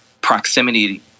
proximity